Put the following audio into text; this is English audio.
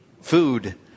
Food